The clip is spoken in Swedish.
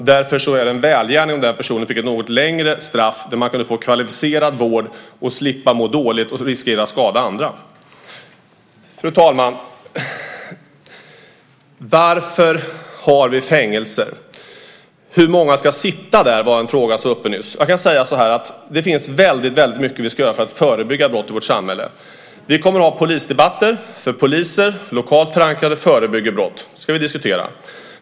Därför vore det en välgärning om den person som gör detta fick ett något längre straff och kunde få kvalificerad vård och slippa må dåligt och riskera att skada andra. Fru talman! Varför har vi fängelser? Hur många ska sitta där, var en fråga som ställdes nyss. Det finns väldigt mycket som vi ska göra för att förebygga brott i vårt samhälle. Vi kommer att ha polisdebatter eftersom lokalt förankrade poliser förebygger brott. Det ska vi diskutera.